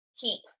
keep